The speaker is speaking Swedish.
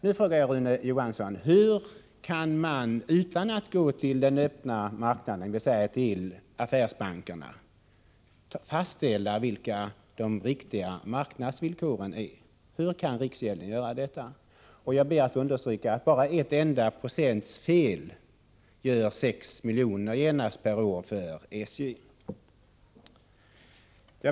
Nu frågar jag Rune Johansson: Hur kan man utan att gå till den öppna marknaden, dvs. till affärsbankerna, fastställa vilka de riktiga marknadsvillkoren är? Hur kan riksgälden göra detta? Jag ber att få understryka att bara en enda procents fel leder till 6 miljoner per år för SJ.